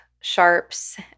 sharps